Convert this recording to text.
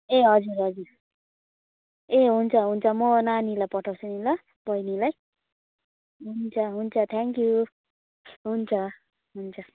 ए हजुर हजुर ए हुन्छ हुन्छ म नानीलाई पठाउँछु नि ल बहिनीलाई हुन्छ हुन्छ थ्याङ्क यू हुन्छ हुन्छ